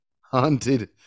haunted